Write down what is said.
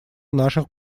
наших